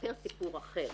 מספר סיפור אחר.